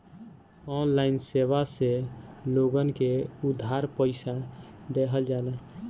online सेवा से लोगन के उधार पईसा देहल जाला